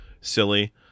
silly